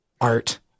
art